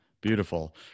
Beautiful